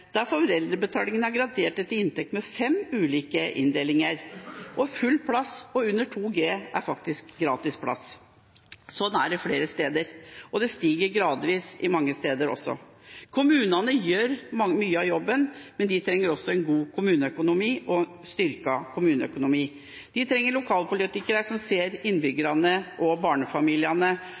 Der er foreldrebetalingen gradert etter inntekt med fem ulike inndelinger. Full plass og under 2G er faktisk gratis plass. Sånn er det flere steder, og det stiger gradvis mange steder også. Kommunene gjør mye av jobben, men de trenger også en god og styrket kommuneøkonomi. De trenger lokalpolitikere som ser innbyggerne og barnefamiliene.